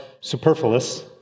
superfluous